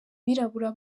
birabura